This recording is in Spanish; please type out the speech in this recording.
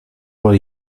por